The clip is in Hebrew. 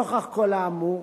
נוכח כל האמור,